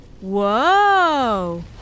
Whoa